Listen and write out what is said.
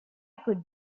could